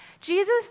Jesus